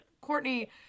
Courtney